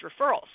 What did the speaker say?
referrals